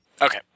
Okay